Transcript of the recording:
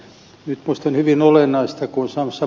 nyt minusta on hyvin olennaista kun ed